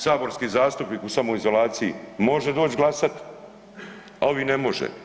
Saborski zastupnik u samoizolaciji može doći glasati, a ovi ne može.